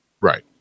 Right